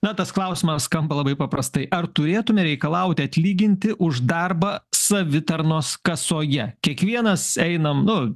na tas klausimas skamba labai paprastai ar turėtume reikalauti atlyginti už darbą savitarnos kasoje kiekvienas einam na